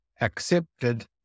accepted